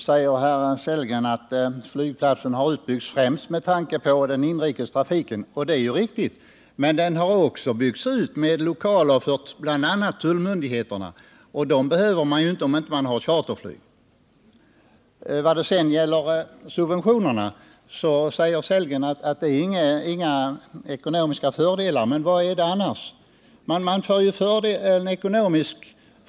Herr talman! Rolf Sellgren säger att flygplatsen har byggts ut främst med tanke på inrikestrafiken. Det är riktigt. Men den har också byggts ut med lokaler för bl.a. tullmyndigheterna, och dem behöver man inte om man inte har charterflyg. Beträffande subventionerna säger Rolf Sellgren att de inte innebär några ekonomiska fördelar. Vad är de annars?